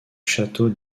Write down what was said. château